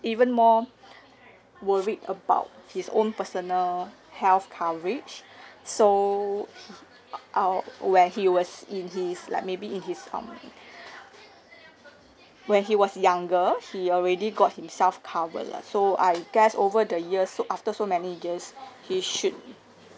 even more worried about his own personal health coverage so uh I'll where he was in his like maybe in his um when he was younger he already got himself covered lah so I guess over the years so after so many years he should